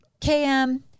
KM